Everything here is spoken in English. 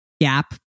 gap